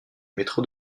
métro